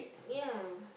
ya